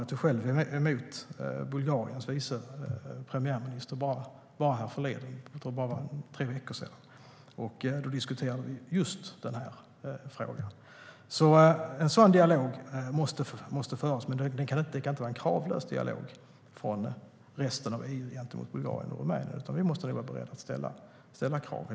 Jag tog själv emot Bulgariens vice premiärminister för några veckor sedan. Då diskuterade vi just denna fråga. En sådan dialog måste föras. Men det kan inte vara en kravlös dialog från resten av EU mot Bulgarien och Rumänien, utan vi måste vara beredda att ställa krav.